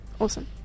Awesome